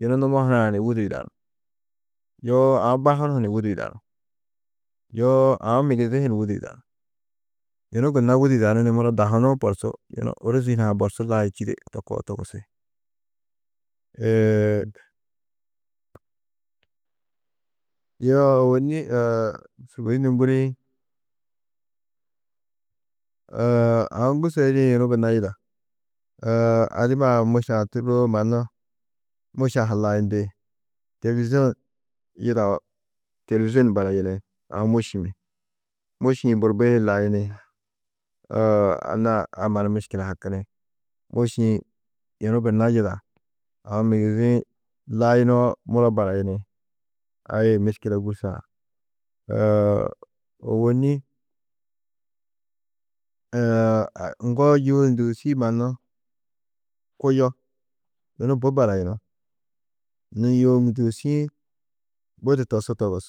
Yunu numo hunaã ni wûdur yidanú, yoo aũ ba hunu hu ni wûdur yidanú, yoo aũ migizi hi ni wûdur yidanú, yunu gunna wûdur yidanú ni muro da hunuu borsu yunu ôrozi hunã borsu layi čîde to koo togusi. yo ôwonni sûgoi nûŋgurĩ aũ gûrso yidĩ, yunu gunna yida, adiba-ã môšee-ã tûrroo mannu môše-ã ha layindi, têlvizoũ yidao têlvizon barayini, aũ môši-ĩ, môši-ĩ burbo-ĩ hi layini, anna a mannu miškile hakini, môši-ĩ yunu gunna yida, aũ migizi-ĩ layinoo muro barayini, ai miškile gûrsoo-ã. ôwonni ŋgo yûo ndûusi mannu kuyo, yunu bui barayunú, nû yûo ndûusi-ĩ budi tosú togus,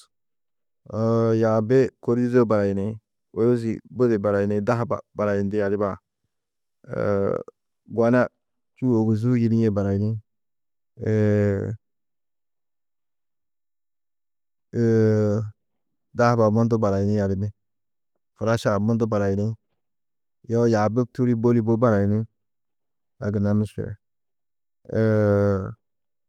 yaabi kôridudo barayini, ôrozi budi barayini, dahaba barayindi adiba-ã, gona čû, ôguzuu yidîe barayini, dahaba mundu barayini adimmi huraša-ã mundu barayini, yoo yaabi tûri bôli bui barayini, a gunna miškile.